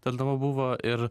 tarnavau buvo ir